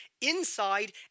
inside